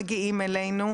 מגיעים אלינו,